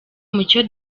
mucyo